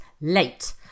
late